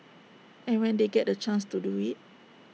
and when they get the chance to do IT